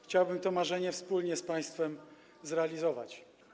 Chciałbym to marzenie wspólnie z państwem zrealizować.